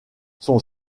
son